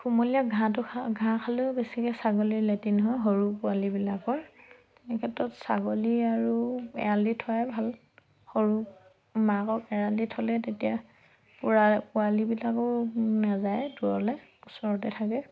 কোমলীয়া ঘাঁহটো খা ঘাঁহ খালেও বেছিকৈ ছাগলীৰ লেট্ৰিন হয় সৰু পোৱালিবিলাকৰ তেনে ক্ষেত্ৰত ছাগলী আৰু এৰাল দি থোৱাই ভাল সৰু মাকক এৰাল দি থ'লে তেতিয়া পোৰা পোৱালিবিলাকো নেযায় দূৰলৈ ওচৰতে থাকে